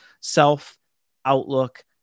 self-outlook